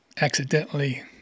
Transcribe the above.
accidentally